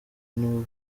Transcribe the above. niwe